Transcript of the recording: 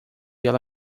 ela